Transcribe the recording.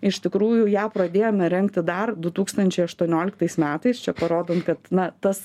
iš tikrųjų ją pradėjome rengti dar du tūkstančiai aštuonioliktais metais čia parodant kad na tas